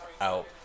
out